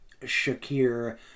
Shakir